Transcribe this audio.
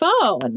phone